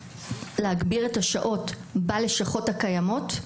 להגביר את השעות בלשכות הקיימות,